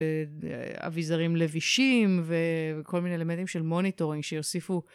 אביזרים לבישים וכל מיני אלמנטים של מוניטורינג שיוסיפו...